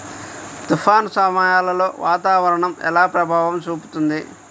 తుఫాను సమయాలలో వాతావరణం ఎలా ప్రభావం చూపుతుంది?